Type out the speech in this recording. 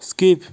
skip